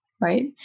right